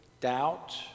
doubt